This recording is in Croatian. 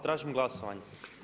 Tražim glasovanje.